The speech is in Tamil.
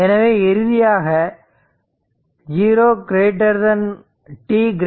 எனவே இறுதியாக t 0